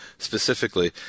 Specifically